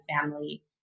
family